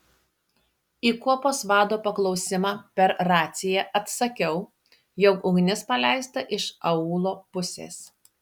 į kuopos vado paklausimą per raciją atsakiau jog ugnis paleista iš aūlo pusės